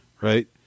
right